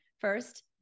first